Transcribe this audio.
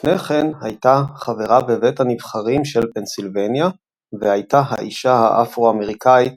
לפני כן הייתה חברה בבית הנבחרים של פנסילבניה והייתה האישה האפרו-אמריקאית